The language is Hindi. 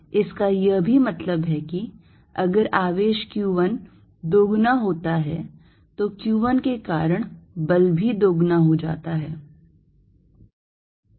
इसका यह भी मतलब है कि अगर आवेश Q1 दोगुना होता है तो Q1 के कारण बल भी दोगुना हो जाता है